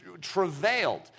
travailed